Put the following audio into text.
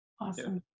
Awesome